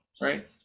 right